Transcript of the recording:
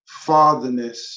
fatherness